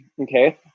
okay